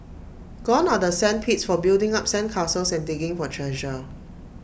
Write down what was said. gone are the sand pits for building up sand castles and digging for treasure